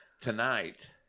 Tonight